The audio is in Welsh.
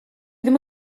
ddim